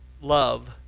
love